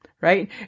Right